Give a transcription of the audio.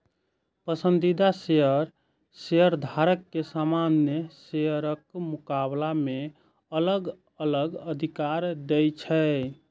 पसंदीदा शेयर शेयरधारक कें सामान्य शेयरक मुकाबला मे अलग अलग अधिकार दै छै